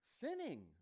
sinning